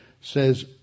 says